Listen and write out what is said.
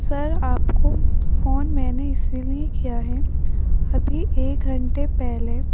سر آپ کو فون میں نے اسی لیے کیا ہے ابھی ایک گھنٹے پہلے